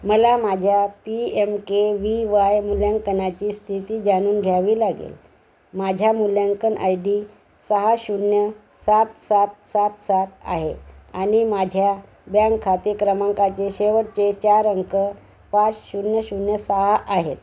मला माझ्या P M K V Y मुल्यांकनाची स्थिती जाणून घ्यावी लागेल माझ्या मूल्यांकन आय डी सहा शून्य सात सात सात सात आहे आणि माझ्या बँक खाते क्रमांकाचे शेवटचे चार अंक पाच शून्य शून्य सहा आहेत